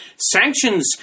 Sanctions